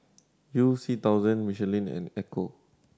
You C thousand Michelin and Ecco